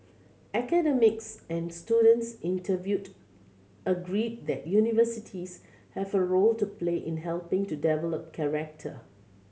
academics and students interviewed agreed that universities have a role to play in helping to develop character